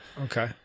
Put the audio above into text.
Okay